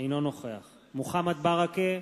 אינו נוכח מוחמד ברכה,